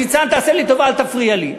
ניצן, תעשה לי טובה, אל תפריע לי.